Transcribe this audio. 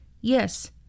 Yes